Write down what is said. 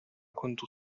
كنت